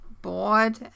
bored